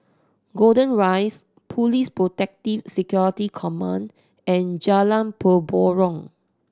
Golden Rise Police Protective Security Command and Jalan Mempurong